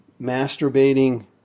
masturbating